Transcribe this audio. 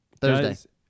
Thursday